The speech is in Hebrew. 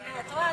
את רואה?